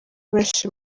benshi